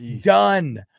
Done